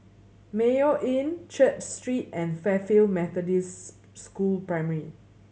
Mayo Inn Church Street and Fairfield Methodist School Primary